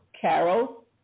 Carol